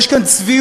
יש כאן צביעות.